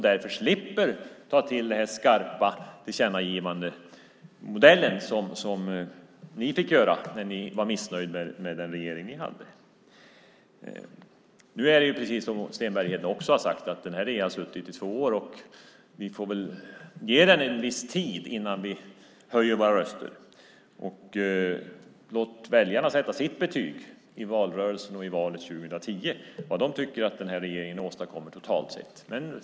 Därför slipper vi ta till den skarpa tillkännagivandemodellen, som ni fick göra när ni var missnöjda med den regering ni hade. Precis som Hans Stenberg sade har den här regeringen suttit i två år, och vi får väl ge den en viss tid innan vi höjer våra röster. Låt väljarna sätta sitt betyg i valrörelsen och i valet 2010 på vad den här regeringen åstadkommit totalt sett.